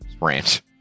Ranch